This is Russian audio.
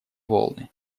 волны